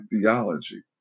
theology